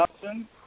Johnson